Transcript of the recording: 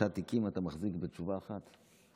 שלושה תיקים אתה מחזיק בתשובה אחת,